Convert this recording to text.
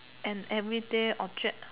an everyday object